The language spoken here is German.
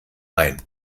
ein